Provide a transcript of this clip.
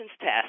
test